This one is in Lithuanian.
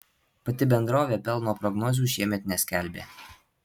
pati bendrovė pelno prognozių šiemet neskelbė